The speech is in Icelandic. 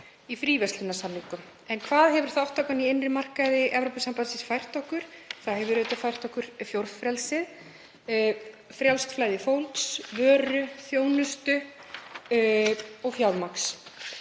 í fríverslunarsamningum. En hvað hefur þátttakan í innri markaði Evrópusambandsins fært okkur? Hún hefur fært okkur fjórfrelsið, frjálst flæði fólks, vöru, þjónustu og fjármagns.